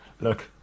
Look